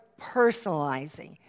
personalizing